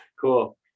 Cool